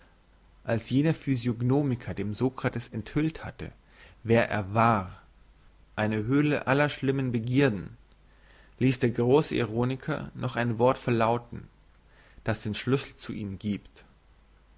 als jener physiognomiker dem sokrates enthüllt hatte wer er war eine höhle aller schlimmen begierden liess der grosse ironiker noch ein wort verlauten das den schlüssel zu ihm giebt